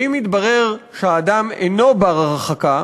ואם התברר שאדם אינו בר-הרחקה,